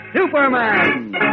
Superman